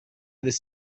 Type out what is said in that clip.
this